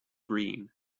green